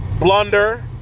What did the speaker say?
blunder